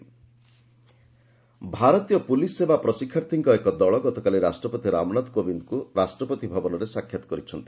ପ୍ରେକ୍ IPS trainee ଭାରତୀୟ police ସେବା ପ୍ରଶିକ୍ଷାର୍ଥୀଙ୍କ ଏକ ଦଳ ଗତକାଲି ରାଷ୍ଟ୍ରପତି ରାମନାଥ କୋବିନ୍ଦଙ୍କୁ ରାଷ୍ଟ୍ରପତି ଭବନରେ ସାକ୍ଷାତ କରିଛନ୍ତି